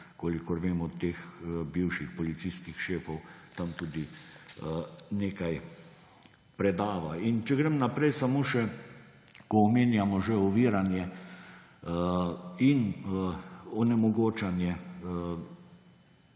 kolikor vem, od teh bivših policijskih šefov tam tudi nekaj predava. Če grem naprej. Ko že omenjamo oviranje in onemogočanje